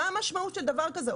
מה המשמעות של דבר כזה?